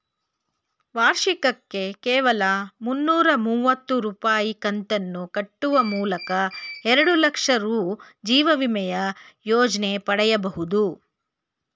ವಾರ್ಷಿಕಕ್ಕೆ ಕೇವಲ ಮುನ್ನೂರ ಮುವತ್ತು ರೂ ಕಂತನ್ನು ಕಟ್ಟುವ ಮೂಲಕ ಎರಡುಲಕ್ಷ ರೂ ಜೀವವಿಮೆಯ ಯೋಜ್ನ ಪಡೆಯಬಹುದು